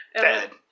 dead